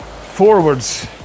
forwards